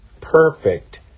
perfect